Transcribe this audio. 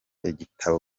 igitabo